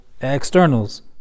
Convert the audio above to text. externals